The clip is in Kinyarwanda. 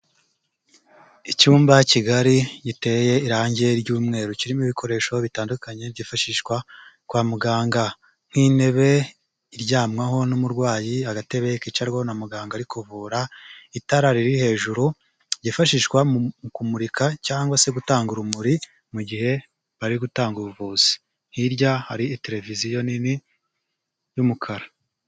Icyumba kigari giteye irange ry'umweru, kirimo ibikoresho bitandukanye byifashishwa kwa muganga nk'intebe iryamwaho n'umurwayi, agatebe kicarwaho na muganga ari kuvura, itara riri hejuru ryifashishwa mu kumurika cyangwa se gutanga urumuri mu gihe bari gutanga ubuvuzi, hirya hari tereviziyo nini y'umukara.